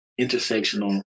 intersectional